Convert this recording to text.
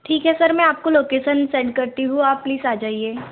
ठीक है सर मैं आपको लोकेशन सेंड करती हूँ आप प्लीज आ जाइए